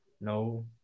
No